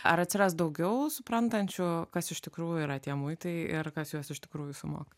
ar atsiras daugiau suprantančių kas iš tikrųjų yra tie muitai ir kas juos iš tikrųjų sumoka